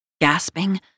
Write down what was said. Gasping